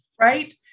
Right